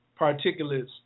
particulates